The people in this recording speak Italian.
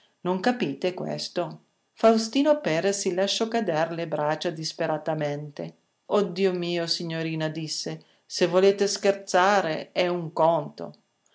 non capite questo faustino perres si lasciò cader le braccia disperatamente o dio mio signorina disse se volete scherzare è un conto